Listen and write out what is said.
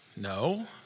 No